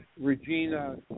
Regina